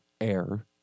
Air